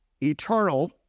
eternal